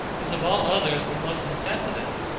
is of all others the most necessitous,